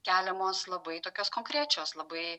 keliamos labai tokios konkrečios labai